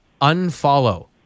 unfollow